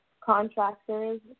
contractors